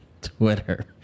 Twitter